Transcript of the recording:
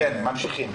כן, ממשיכים.